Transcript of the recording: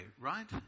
right